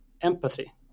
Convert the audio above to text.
empathy